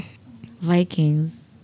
Vikings